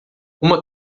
uma